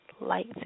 light